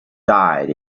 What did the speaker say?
died